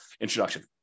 introduction